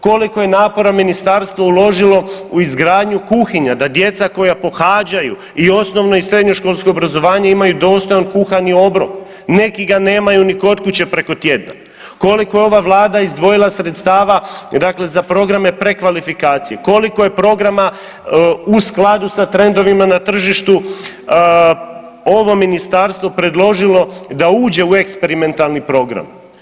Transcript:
Koliko je napora ministarstvo uložilo u izgradnju kuhinja da djeca koja pohađaju i osnovno i srednjoškolsko obrazovanje imaju dostojan kuhani obrok, neki ga nemaju ni kod kuće preko tjedna, koliko je ova Vlada izdvojila sredstava za programe prekvalifikacije, koliko je programa u skladu sa trendovima na tržištu ovo ministarstvo predložilo da uđe u eksperimentalni program.